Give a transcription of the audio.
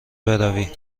بروی